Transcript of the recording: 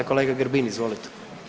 Kolega Grbin, izvolite.